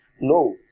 No